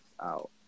out